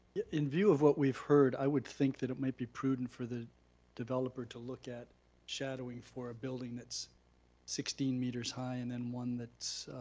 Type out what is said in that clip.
in view of what we've heard, i would think that it might be prudent for the developer to look at shadowing for a building that's sixteen meters high, and then one that's